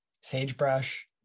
sagebrush